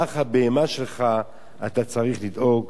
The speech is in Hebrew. כך הבהמה שלך אתה צריך לדאוג